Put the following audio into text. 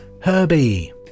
Herbie